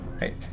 right